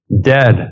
dead